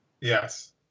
Yes